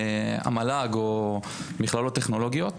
להשכלה גבוהה, המל"ג או מכללות טכנולוגיות.